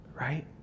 right